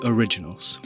Originals